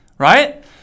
right